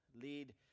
Lead